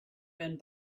been